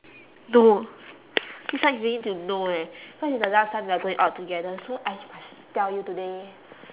no this one you really need to know eh cause it's the last time we're going out together so I must tell you today